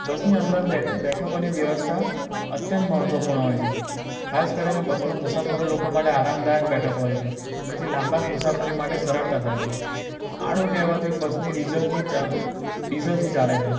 બસની અંદર બેઠ બેઠ બેઠકોની વેવસ્થા અત્યંત મહત્ત્વપૂર્ણ હોય છે ખાસ કરીને બસમાં મુસાફરો લોકો માટે આરામદાયક બેઠકો હોય છે જેથી લાંબા મુસાફરી માટે સરળતા થાય છે આળું કહેવાતી બસની ડીઝલની ડીઝલથી ચાલે છે